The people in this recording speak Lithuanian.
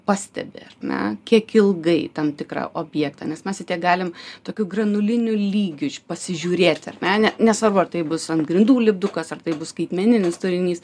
pastebi ar ne kiek ilgai tam tikrą objektą nes mes atėję galim tokiu granuliniu lygiu pasižiūrėti ar ne ne nesvarbu ar tai bus ant grindų lipdukas ar tai bus skaitmeninis turinys